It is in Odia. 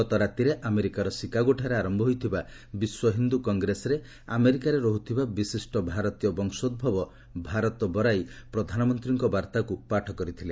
ଗତରାତିରେ ଆମେରିକାର ସିକାଗୋଠାରେ ଆରମ୍ଭ ହୋଇଥିବା ବିଶ୍ୱ ହିନ୍ଦୁ କଂଗ୍ରେସରେ ଆମେରିକାରେ ରହୁଥିବା ବିଶିଷ୍ଟ ଭାରତୀୟ ବଂଶୋଭବ ଭାରତ ବରାଇ ପ୍ରଧାନମନ୍ତ୍ରୀଙ୍କ ବାର୍ତ୍ତାକୁ ପାଠ କରିଥିଲେ